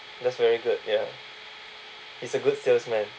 that's very good ya he's a good salesman